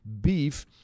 Beef